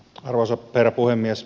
arvoisa herra puhemies